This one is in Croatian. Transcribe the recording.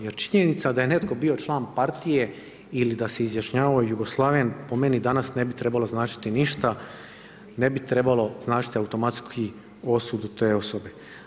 Jer činjenica da je netko bio član partije ili da se izjašnjavao Jugoslaven, po meni danas ne bi trebalo značiti ništa ne bi trebalo značiti automatski osudu te osobe.